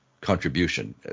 contribution